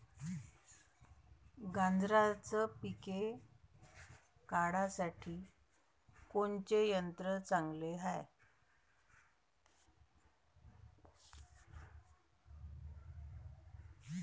गांजराचं पिके काढासाठी कोनचे यंत्र चांगले हाय?